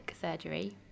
surgery